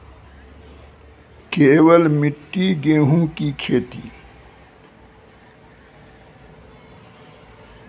केवल मिट्टी गेहूँ की खेती?